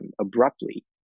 abruptly